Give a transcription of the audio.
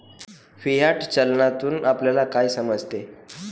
Fiat चलनातून आपल्याला काय समजते?